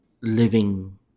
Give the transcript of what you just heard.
living